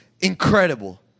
incredible